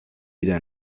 wieder